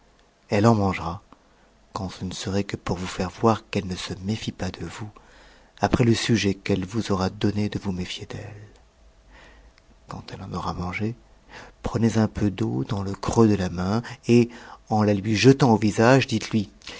elle en mangera quand ce ne serait que pour vous faire voir qu'eue ne se méfie pas de vous après le sujet qu'elle vous aura donné de vous méfier d'elle quand elle en aura mangé prenez un peu d'eau dans le creux de la main et en la lui jetant au visage dites-lui